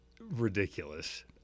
ridiculous